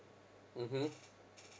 mmhmm